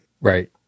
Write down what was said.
Right